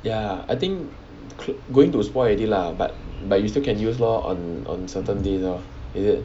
ya I think going to spoil already lah but but you still can use lor on on certain days lor is it